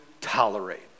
tolerate